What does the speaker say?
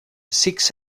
six